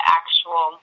actual